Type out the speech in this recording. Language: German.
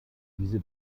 diese